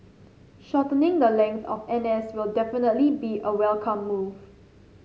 shortening the length of N S will definitely be a welcome move